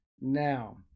Now